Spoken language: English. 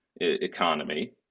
economy